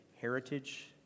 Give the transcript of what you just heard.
heritage